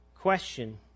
question